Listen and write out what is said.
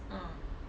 uh